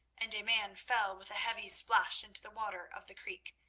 and a man fell with a heavy splash into the waters of the creek,